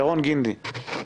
ירון גינדי.